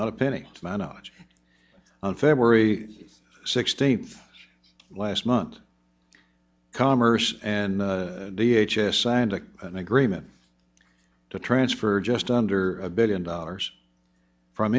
not a penny to my knowledge on february sixteenth last month commerce and d h assigned to an agreement to transfer just under a billion dollars from